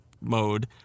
mode